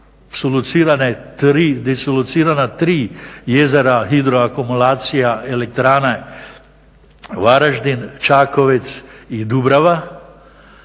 su locirana 3 jezera hidro-akumulacija elektrane Varaždin, Čakovec i Dubrava,